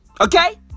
Okay